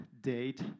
date